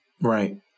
Right